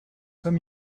comme